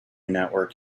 network